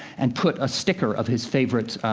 and put a sticker of his favorite